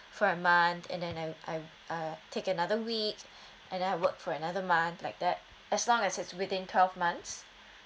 for a month and then I I'm uh take another week and I work for another month like that as long as it's within twelve months